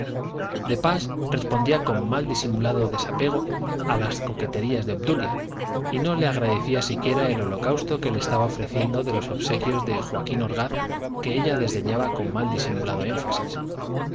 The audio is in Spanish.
de pas respondía con mal disimulado despego a las coqueterías de obdulia y no le agradecía siquiera el holocausto que le estaba ofreciendo de los obsequios de joaquín orgaz que ella desdeñaba con mal disimulado énfasis